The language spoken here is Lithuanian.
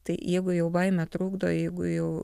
tai jeigu jau baimė trukdo jeigu jau